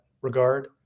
regard